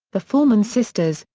the forman sisters,